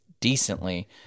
decently